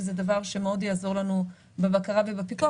שזה דבר שמאוד יעזור לנו בבקרה ובפיקוח.